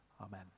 Amen